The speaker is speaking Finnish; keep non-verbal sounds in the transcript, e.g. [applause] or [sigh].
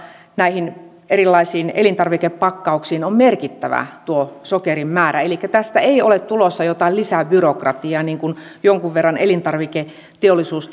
näihin erilaisiin elintarvikepakkauksiin on merkittävä tuo sokerin määrä elikkä tästä ei ole tulossa jotain lisäbyrokratiaa niin kuin jonkun verran elintarviketeollisuus [unintelligible]